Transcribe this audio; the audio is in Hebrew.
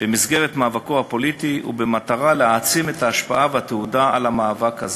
במסגרת מאבקו הפוליטי ובמטרה להעצים את ההשפעה והתהודה של המאבק הזה.